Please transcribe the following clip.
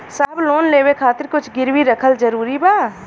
साहब लोन लेवे खातिर कुछ गिरवी रखल जरूरी बा?